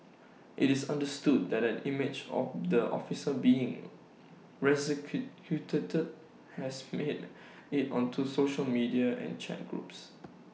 IT is understood that an image of the officer being resuscitated has made IT onto social media and chat groups